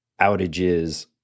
outages